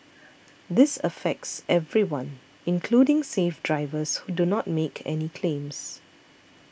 this affects everyone including safe drivers who do not make any claims